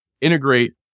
integrate